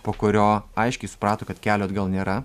po kurio aiškiai suprato kad kelio atgal nėra